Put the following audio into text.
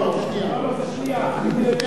שנייה.